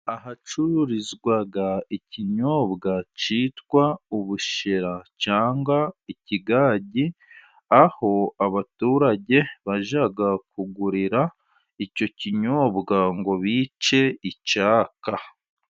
Ahacururizwa ikinyobwa cyitwa ubushera cyangwa ikigage , aho abaturage bajya kugurira icyo kinyobwa ngo bice icyaka.